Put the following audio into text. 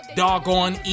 doggone